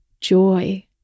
joy